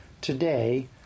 today